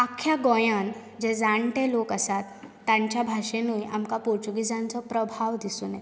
आख्ख्या गोंयांत जे जाणटे लोक आसात तांच्या भाशेनूय आमकां पोर्तुगिजांचो प्रभाव दिसून येता